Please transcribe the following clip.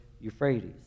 Euphrates